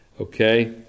Okay